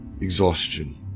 exhaustion